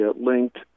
linked